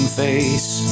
face